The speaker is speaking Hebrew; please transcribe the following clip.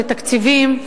לתקציבים,